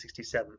1967